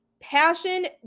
Passion